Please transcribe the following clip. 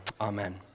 amen